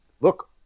look